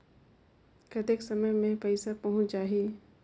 कतेक समय मे पइसा पहुंच जाही?